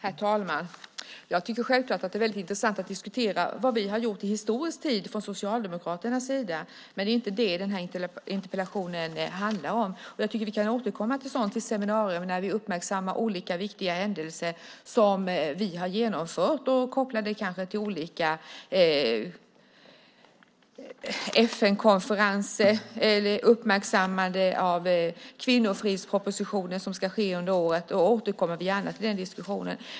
Herr talman! Jag tycker självklart att det är väldigt intressant att diskutera vad vi har gjort i historisk tid från Socialdemokraternas sida, men det är inte det den här interpellationen handlar om. Jag tycker att vi kan återkomma till sådant i seminarier där vi uppmärksammar olika viktiga saker som vi har varit med om och kanske kopplar det till olika händelser. Det kan vara FN-konferenser eller uppmärksammande av kvinnofridspropositionen som ska ske under året. Då återkommer vi gärna till den diskussionen.